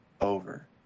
over